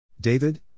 David